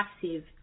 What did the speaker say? passive